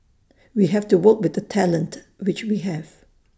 we have to work with the talent which we have